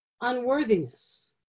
unworthiness